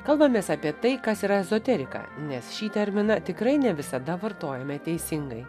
kalbamės apie tai kas yra ezoterika nes šį terminą tikrai ne visada vartojame teisingai